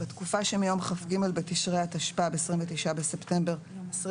"בתקופה שמיום כ"ג בתשרי התשפ"ב (29 בספטמבר 2021)